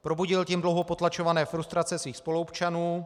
Probudil tím dlouho potlačované frustrace svých spoluobčanů.